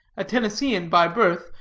a tennessean by birth,